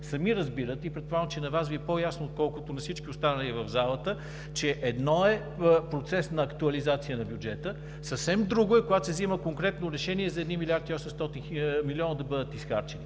Сами разбирате, и предполагам, че на Вас Ви е по-ясно отколкото на всички останали в залата, че едно е процес на актуализация на бюджета, съвсем друго е, когато се взима конкретно решение да бъдат изхарчени